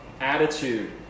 attitude